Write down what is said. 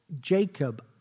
Jacob